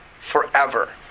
forever